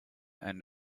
and